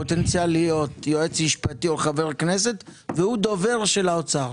פוטנציאל להיות יועץ משפטי או חבר כנסת והוא דובר של האוצר.